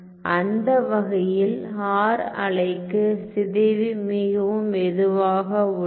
அந்த வகையில் ஹார் அலைக்கு சிதைவு மிகவும் மெதுவாக உள்ளது